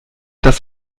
dass